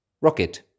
Rocket